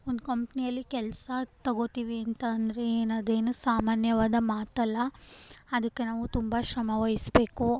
ಒಂದು ಕಂಪ್ನಿಯಲ್ಲಿ ಕೆಲಸ ತೊಗೋತಿವಿ ಅಂತ ಅಂದರೆ ಏನು ಅದೇನು ಸಾಮಾನ್ಯವಾದ ಮಾತಲ್ಲ ಅದಕ್ಕೆ ನಾವು ತುಂಬ ಶ್ರಮವಹಿಸಬೇಕು